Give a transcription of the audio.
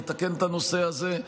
לתקן את הנושא הזה.